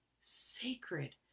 sacred